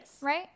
Right